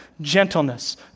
gentleness